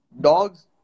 dogs